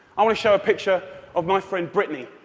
i want to show a picture of my friend brittany.